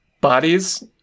bodies